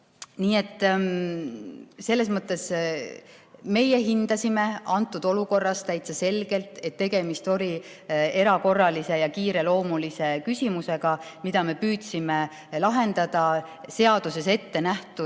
Nii et me hindasime selles olukorras täitsa selgelt, et tegemist oli erakorralise ja kiireloomulise küsimusega, mida me püüdsime lahendada seaduses ettenähtud